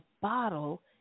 bottle